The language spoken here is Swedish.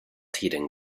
tiden